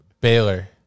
Baylor